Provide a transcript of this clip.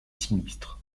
sinistres